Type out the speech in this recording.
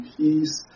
peace